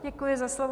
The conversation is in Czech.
Děkuji za slovo.